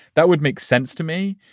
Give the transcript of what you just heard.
that would make sense to me.